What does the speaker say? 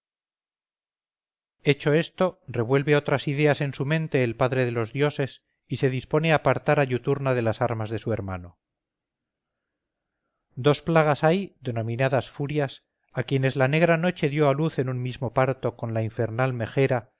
hecho esto revuelve otras ideas en su mente al padre de los dioses y se dispone a apartar a iuturna de las armas de su hermano dos plagas hay denominadas furias a quienes la negra noche dio a luz en un mismo parto con la infernal